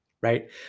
right